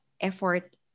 effort